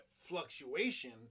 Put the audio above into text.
fluctuation